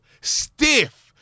Stiff